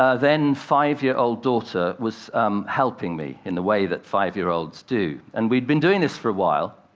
ah then, five year-old daughter was helping me in the way that five year-olds do. and we'd been doing this for a while,